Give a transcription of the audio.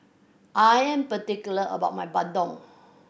I am particular about my bandung